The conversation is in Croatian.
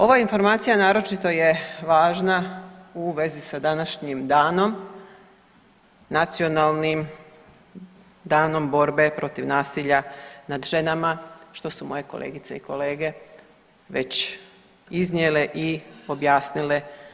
Ova informacija naročito je važna u vezi sa današnjim danom, Nacionalnim danom borbe protiv nasilja nad ženama, što su moje kolegice i kolege već iznijele i objasnile.